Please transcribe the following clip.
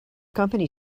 company